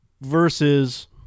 versus